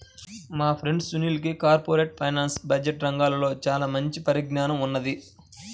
మా ఫ్రెండు సునీల్కి corporate finance, budget రంగాల్లో చానా మంచి పరిజ్ఞానం ఉన్నది